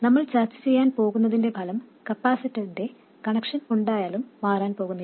നമ്മൾ ചർച്ച ചെയ്യാൻ പോകുന്നതിന്റെ ഫലം കപ്പാസിറ്ററിന്റെ കണക്ഷൻ ഉണ്ടായാലും മാറാൻ പോകുന്നില്ല